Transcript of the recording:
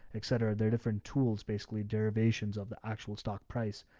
et cetera, they're different tools, basically derivations of the actual stock price.